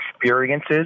experiences